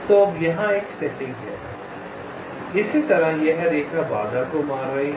तो अब यहां यह सेटिंग है इसी तरह यह रेखा बाधा को मार रही है